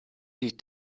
die